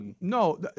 No